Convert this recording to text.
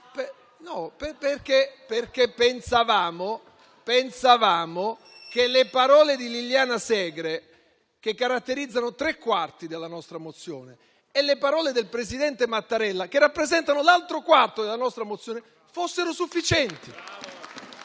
Pensavamo infatti che le parole di Liliana Segre, che caratterizzano tre quarti della nostra mozione, e le parole del Presidente Mattarella, che rappresentano l'altro quarto della nostra mozione, fossero sufficienti